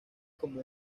como